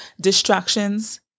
distractions